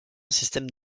système